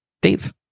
Dave